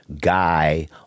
guy